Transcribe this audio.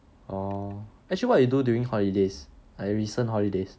oh actually what you do during holidays like recent holidays